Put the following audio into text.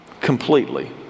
completely